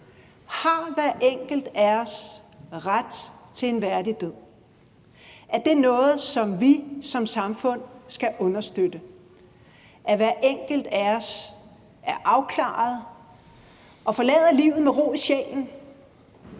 Har hver enkelt af os ret til en værdig død? Er det noget, som vi som samfund skal understøtte – at hver enkelt af os er afklaret og forlader livet med ro i sjælen,